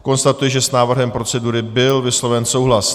Konstatuji, že s návrhem procedury byl vysloven souhlas.